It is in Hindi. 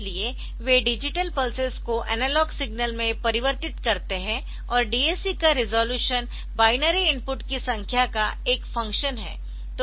इसलिए वे डिजिटल पल्सेस को एनालॉग सिग्नल में परिवर्तित करते है और DAC का रिज़ॉल्यूशन बाइनरी इनपुट की संख्या का एक फ़ंक्शन है